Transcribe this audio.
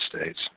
States